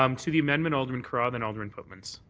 um to the amendment, alderman carra and then alderman pootmans.